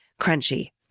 crunchy